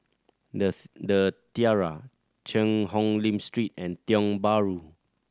The Tiara Cheang Hong Lim Street and Tiong Bahru